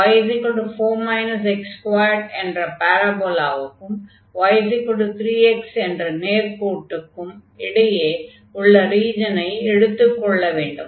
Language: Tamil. y 4 x2 என்ற பாரபோலாவுக்கும் y3x என்ற நேர்க்கோட்டுக்கும் இடையே உள்ள ரீஜனை எடுத்துக் கொள்ள வேண்டும்